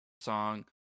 song